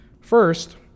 First